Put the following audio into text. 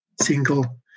single